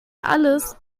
alles